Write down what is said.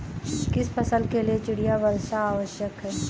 किस फसल के लिए चिड़िया वर्षा आवश्यक है?